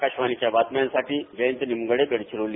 आकाशवाणीच्या बातम्यांसाठी जयंत निमगडे गडचिरोली